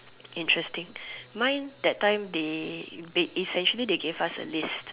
interesting mine that time they Ba~ essentially they gave us a list